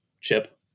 chip